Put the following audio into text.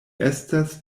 estas